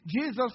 Jesus